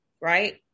right